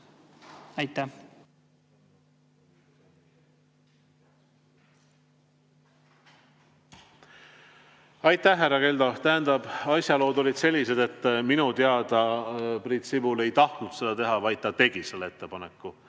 Aitäh, härra Keldo! Tähendab, asjalood olid sellised, et minu teada Priit Sibul ei tahtnud seda teha, vaid ta tegi selle ettepaneku.